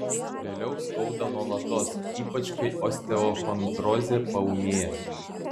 vėliau skauda nuolatos ypač kai osteochondrozė paūmėja